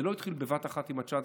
זה לא התחיל בבת אחת עם ה-9,000.